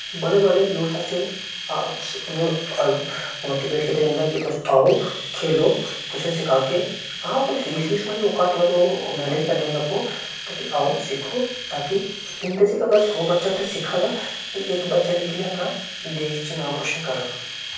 बड़े बड़े यूथ आस्तै मोटीवेट कीता जन्दा की तुस आओ खेलो तुसेंगी सिखागे हां कोई फीस वीस थोह्ड़ी ओह् घट बद्ध ओह् मैनेज करी लैंदे आपूं ते कि आओ सिक्खो ताकि इंदे चा अगर सौ बच्चा उत्थें सिक्खा दा इक बच्चा निकलियै अपना देश च नाम रोशन करग